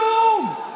כלום.